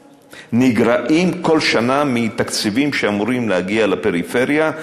נגרעים כל שנה מתקציבים שאמורים להגיע לפריפריה,